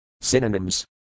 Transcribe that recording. Synonyms